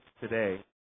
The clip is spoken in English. today